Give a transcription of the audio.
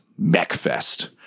MechFest